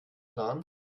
plan